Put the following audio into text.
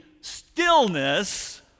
stillness